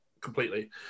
completely